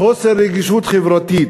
חוסר רגישות חברתית,